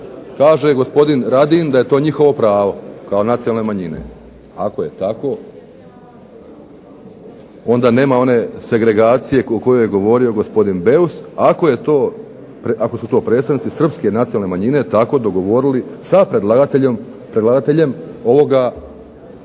Kaže gospodin Radin da je to njihovo pravo kao nacionalne manjine. Ako je tako, onda nema one segregacije o kojoj je govorio gospodin Beus ako su to predstavnici Srpske nacionalne manjine tako dogovorili sa predlagateljem ovoga Ustavnog